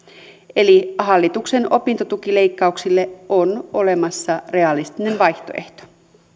eli hallituksen opintotukileikkauksille on olemassa realistinen vaihtoehto